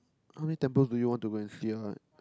how many temples do you want to go and see what